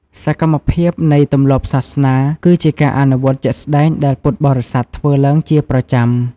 សកម្មភាពនៃទម្លាប់សាសនា គឺជាការអនុវត្តជាក់ស្ដែងដែលពុទ្ធបរិស័ទធ្វើឡើងជាប្រចាំ។